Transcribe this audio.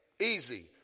easy